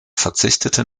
verzichtete